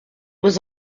was